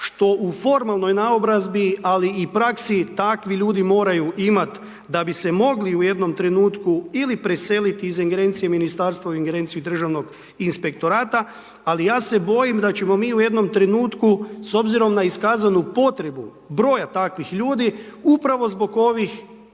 što u formalnoj naobrazbi ali i praksi takvi ljudi moraju imat da bi se mogli u jednom trenutku ili preselit iz ingerencije ministarstva u ingerenciju državnog inspektora, ali ja se bojim da ćemo mi u jednom trenutku s obzirom na iskazanu potrebu broja takvih ljudi upravo zbog ovih